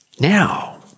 Now